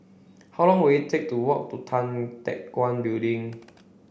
how long will it take to walk to Tan Teck Guan Building